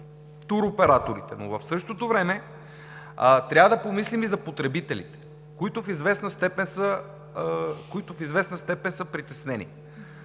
туроператорите, но в същото време трябва да помислим и за потребителите, които в известна степен са притеснени